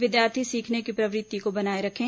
विद्यार्थी सीखने की प्रवृत्ति को बनाए रखे